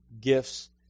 gifts